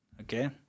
Okay